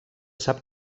sap